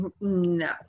no